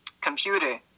computer